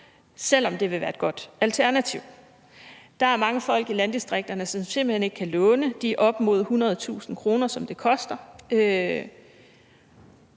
selv om det vil være et godt alternativ. Der er mange folk i landdistrikterne, som ikke kan låne de op mod 100.000 kr., som det koster,